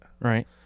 Right